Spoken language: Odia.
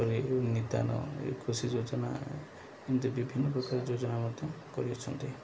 କରି ନିଦାନରେ କୃଷି ଯୋଜନା ଏମିତି ବିଭିନ୍ନ ପ୍ରକାର ଯୋଜନା ମଧ୍ୟ କରିଅଛନ୍ତି